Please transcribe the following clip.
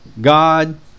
God